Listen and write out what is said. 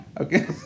okay